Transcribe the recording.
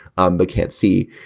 um they can't see.